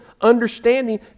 understanding